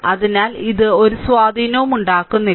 അതിനാൽ ഇത് ഒരു സ്വാധീനവും ഉണ്ടാക്കുന്നില്ല